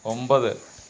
ഒമ്പത്